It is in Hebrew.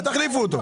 תחליפו אותו.